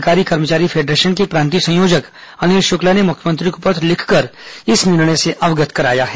अधिकारी कर्मचारी फेडरेशन के प्रांतीय संयोजक अनिल शुक्ला ने मुख्यमंत्री को पत्र लिखकर इस छत्तीसगढ निर्णय से अवगत कराया है